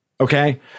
Okay